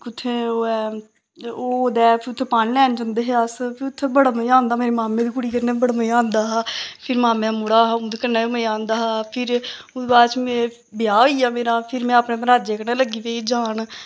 कुछ ओह् ऐ ओह्दे फ्ही उत्थै पानी लैन जंदे हे अस फ्ही उत्थें बड़ा मज़ा आंदा हा मामे दी कुड़ी कन्नै बड़ा मज़ा आंदा हा फिर माम्मे दा मुड़ा हा उंदे कन्नै बी मज़ा आंदा हा फिर ओह्दे बाद च में ब्याह् होई गेआ मेरा फिर में अपने मर्हाजै कन्नै लग्गी पेई जान